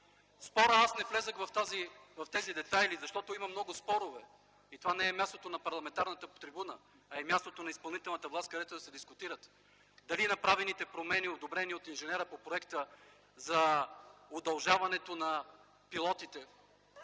спора аз не влязох в тези детайли, защото има много въпроси, но това не е мястото – на парламентарната трибуна, а е мястото в изпълнителната власт да се дискутира дали направените промени, одобрени от инженера по проекта за удължаването на пилотите,